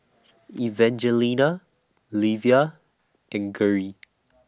Evangelina Livia and Gerri